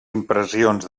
impressions